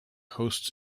hosts